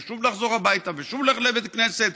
שוב לחזור הביתה ושוב ללכת לבית הכנסת,